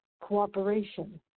cooperation